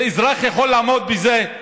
אזרח יכול לעמוד בזה?